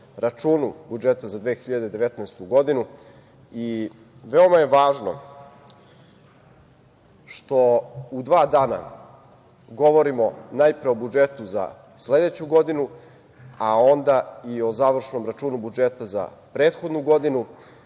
računu budžeta za 2019. godinu i veoma je važno što u dva dana govorimo najpre o budžetu za sledeću godinu, a onda i o završnom računu budžeta za prethodnu godinu,